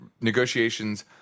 negotiations